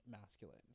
masculine